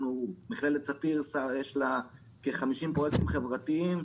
ולמכללת ספיר יש כ-50 פרויקטים חברתיים,